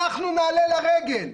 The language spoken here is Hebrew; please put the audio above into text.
אנחנו נעלה לרגל.